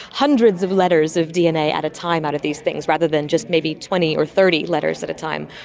hundreds of letters of dna at a time out of these things rather than just maybe twenty or thirty letters at a time.